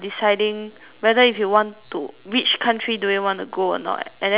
whether if you want to which country do we want to go or not and then we were discussing